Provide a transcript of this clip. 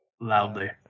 loudly